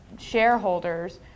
shareholders